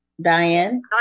Diane